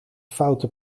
foute